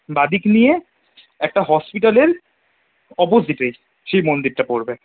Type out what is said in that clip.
বাঁদিক নিয়ে একটা হসপিটালের অপসিটেই শিব মন্দিরটা পড়বে